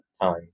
time